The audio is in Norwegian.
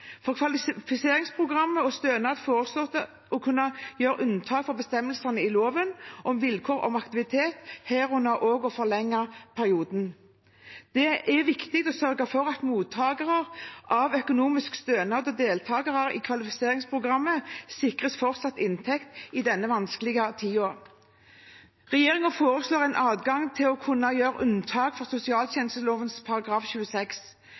For kvalifiseringsprogrammet og stønad foreslås det å kunne gjøre unntak fra bestemmelsene i loven om vilkår om aktivitet, herunder også å forlenge perioden. Det er viktig å sørge for at mottakere av økonomisk stønad og deltakere i kvalifiseringsprogrammet sikres fortsatt inntekt i denne vanskelige tiden. Regjeringen foreslår en adgang til å kunne gjøre unntak fra sosialtjenesteloven § 26